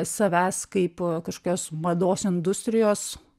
savęs kaip kažkokios mados industrijos